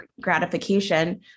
gratification